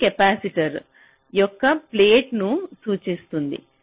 ఇది కెపాసిటర్ యొక్క ప్లేట్ను సూచిస్తుంది